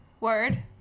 word